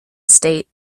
state